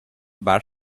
bus